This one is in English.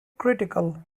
critical